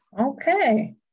Okay